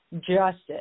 Justice